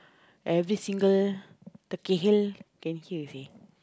every single turkey heal can see you see